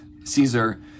Caesar